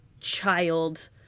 child